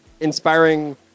inspiring